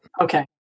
Okay